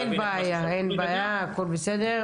אין בעיה, הכול בסדר.